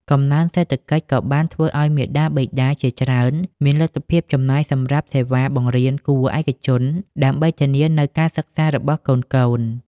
កំណើនសេដ្ឋកិច្ចក៏បានធ្វើឲ្យមាតាបិតាជាច្រើនមានលទ្ធភាពចំណាយសម្រាប់សេវាបង្រៀនគួរឯកជន ដើម្បីធានាបាននូវការសិក្សារបស់កូនៗ។